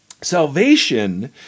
salvation